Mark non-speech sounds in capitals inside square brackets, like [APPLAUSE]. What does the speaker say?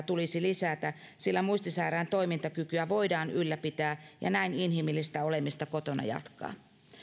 [UNINTELLIGIBLE] tulisi lisätä sillä muistisairaan toimintakykyä voidaan ylläpitää ja näin inhimillistä olemista kotona jatkaa